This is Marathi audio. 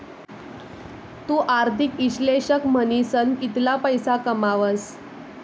तु आर्थिक इश्लेषक म्हनीसन कितला पैसा कमावस